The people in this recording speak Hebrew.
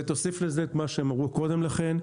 ותוסיף לזה את מה שהם אמרו קודם לכן,